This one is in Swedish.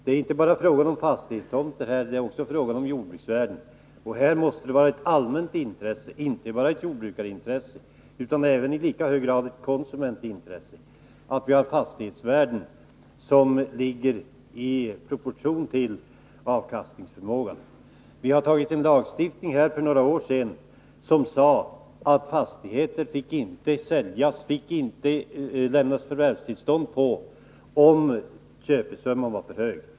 Det är inte bara fråga om fastighetstomter utan också om jordbruksvärden. Det måste vara ett allmänt intresse — inte bara ett jordbruksintresse utan i lika hög grad ett konsumentintresse — att fastighetsvärdena ligger i proportion till avkastningsförmågan. Vi antog för några år sedan en lagstiftning som innebar att förvärvstillstånd inte fick lämnas för fastigheter, om köpesumman var för hög.